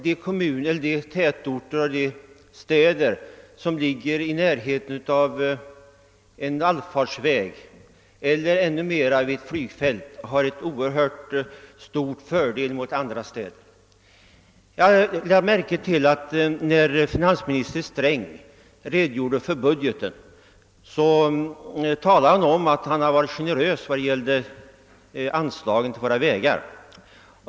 De tätorter och städer som ligger i närheten av en allfarväg eller vid ett flygfält har en oerhört stor fördel jämfört med motsvarande orter med annan belägenhet. Jag lade märke till när finansminister Sträng redogjorde för budgeten, att han talade om sin generositet med anslagen till våra vägar.